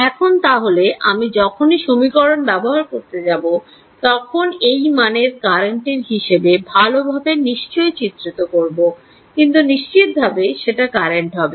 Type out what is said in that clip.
এখন তাহলে আমি যখনই সমীকরণ ব্যবহার করতে যাব তখন এই মানের কারেন্টের হিসেব ভালোভাবে নিশ্চয়ই চিত্রিত করবে কিন্তু নিশ্চিত ভাবে সেটা কারেন্ট হবে